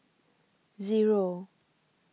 Zero